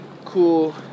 cool